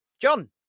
John